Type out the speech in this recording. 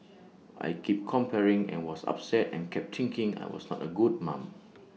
I keep comparing and was upset and kept thinking I was not A good mum